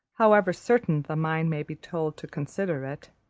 however certain the mind may be told to consider it,